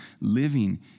living